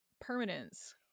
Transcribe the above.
permanence